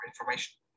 information